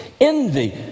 envy